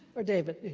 or david